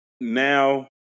now